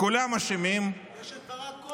כולם אשמים, יש את ברק כהן.